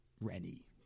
Rennie